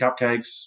cupcakes